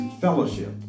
fellowship